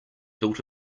built